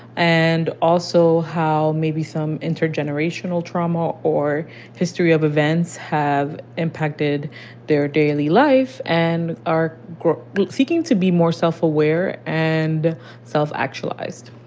and also how maybe some intergenerational trauma or history of events have impacted their daily life and are seeking to be more self-aware and self-actualized.